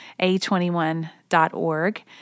A21.org